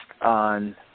on